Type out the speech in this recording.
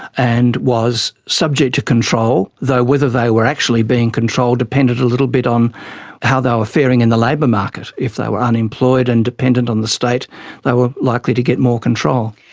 and was subject to control. though whether they were actually being controlled depended a little bit on how they were faring in the labour market. if they were unemployed and dependent on the state they were likely to get more control.